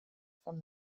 from